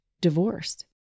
divorced